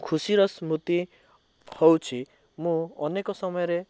ଖୁସିର ସ୍ମୃତି ହେଉଛି ମୁଁ ଅନେକ ସମୟରେ